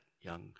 young